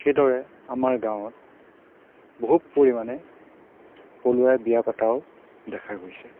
সেইদৰে আমাৰ গাঁৱত বহুত পৰিমানে পলুৱাই বিয়া পতাও দেখা গৈছে